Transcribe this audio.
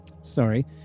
sorry